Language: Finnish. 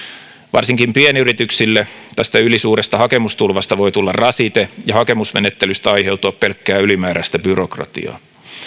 varsinkin pienyrityksille tästä ylisuuresta hakemustulvasta voi tulla rasite ja hakemusmenettelystä aiheutua pelkkää ylimääräistä byrokratiaa